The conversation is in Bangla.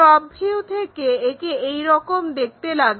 টপ ভিউ থেকে একে এই রকম দেখতে লাগে